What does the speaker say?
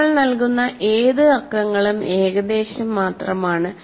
നമ്മൾ നൽകുന്ന ഏത് അക്കങ്ങളും ഏകദേശം മാത്രമാണ്